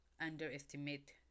underestimate